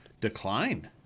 decline